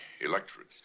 electorate